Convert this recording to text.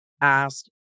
asked